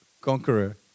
conqueror